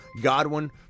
Godwin